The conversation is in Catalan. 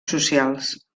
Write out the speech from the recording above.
socials